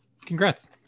Congrats